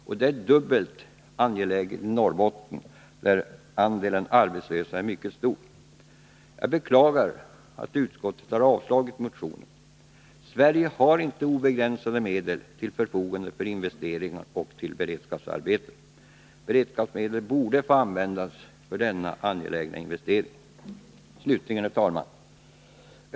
Detta är dubbelt angeläget i Norrbotten där andelen arbetslösa är mycket stor.” Jag beklagar att ett enat utskott avstyrkt motionen. Sverige har inte obegränsade medel till förfogande för investeringar och beredskapsarbeten. Beredskapsmedel borde få användas till denna angelägna investering. Slutligen, herr talman!